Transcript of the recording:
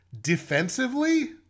Defensively